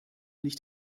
nicht